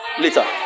later